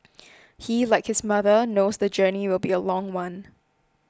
he like his mother knows the journey will be a long one